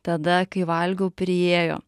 tada kai valgiau priėjo